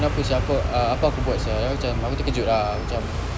kenapa sia apa-apa aku buat sia aku macam terkejut ah macam